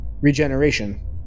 regeneration